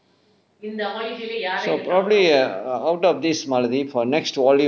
so probably err err out of this malathi for next volume ah